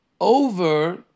over